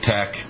Tech